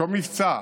אותו מבצע,